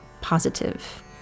positive